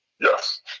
Yes